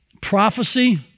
Prophecy